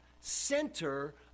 center